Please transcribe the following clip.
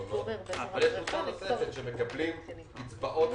ויש קבוצה נוספת שמקבלים קצבאות